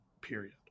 period